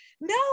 No